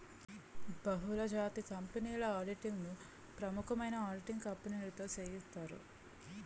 బహుళజాతి కంపెనీల ఆడిటింగ్ ను ప్రముఖమైన ఆడిటింగ్ కంపెనీతో సేయిత్తారు